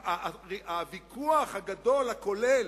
הוויכוח הגדול, הכולל,